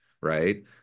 right